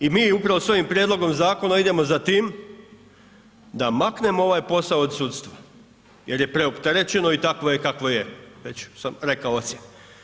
I mi upravo s ovim prijedlogom zakona idemo za tim da maknemo ovaj posao od sudstva jer je preopterećeno i takvo je kakvo je, već sam rekao ocjene.